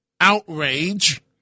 outrage